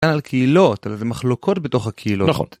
על קהילות ומחלוקות בתוך הקהילות.